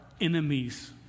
enemies